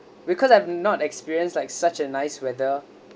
because I have not experienced like such a nice weather